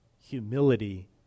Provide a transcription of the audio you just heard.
Humility